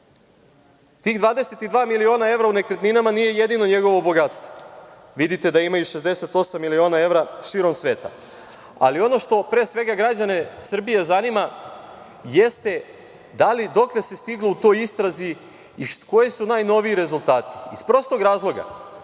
22 miliona evra u nekretninama nije jedino njegovo bogatstvo. Vidite da ima i 68 miliona evra širom sveta. Ono što pre svega građane Srbije zanima, jeste - dokle se stiglo u toj istrazi i koji su najnoviji rezultati? Iz prostog razloga,